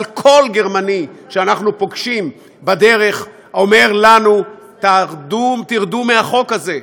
אבל כל גרמני שאנחנו פוגשים בדרך אומר לנו: תרדו מהחוק הזה,